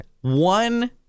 One